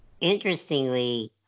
Interestingly